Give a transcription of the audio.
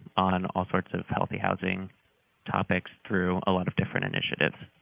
on all parts of healthy housing topics through a lot of different initiatives.